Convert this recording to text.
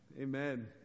Amen